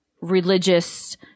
religious